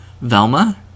Velma